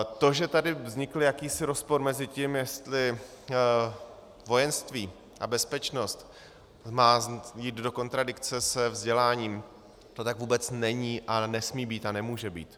To, že tady vznikl jakýsi rozpor mezi tím, jestli vojenství a bezpečnost má jít do kontradikce se vzděláním, to tak vůbec není a nesmí být a nemůže být.